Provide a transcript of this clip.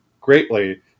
greatly